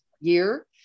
Year